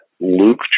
Luke